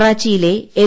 കറാച്ചിയിലെ L